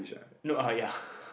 no uh ya